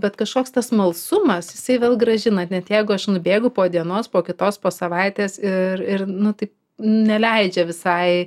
bet kažkoks tas smalsumas jisai vėl grąžina net jeigu aš nubėgu po dienos po kitos po savaitės ir ir nu tai neleidžia visai